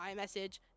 iMessage